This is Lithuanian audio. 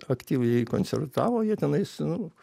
aktyviai koncertavo jie tenais nu